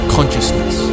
Consciousness